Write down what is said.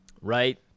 Right